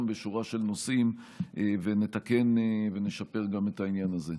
בשורה של נושאים ונתקן ונשפר גם את העניין הזה.